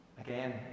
Again